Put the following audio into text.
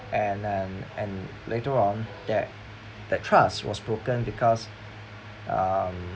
and and and later on that that trust was broken because um